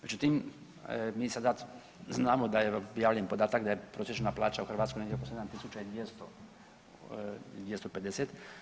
Međutim, mi sada znamo da je objavljen podatak da je prosječna plaća u Hrvatskoj negdje oko 7.250.